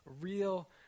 real